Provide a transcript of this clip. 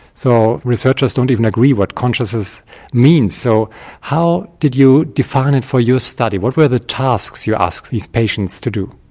so researchers don't even agree what consciousness means, so how did you define it for your study? what were the tasks you asked these patients to do?